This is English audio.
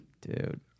dude